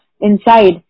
inside